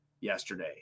yesterday